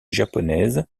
japonaise